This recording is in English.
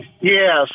Yes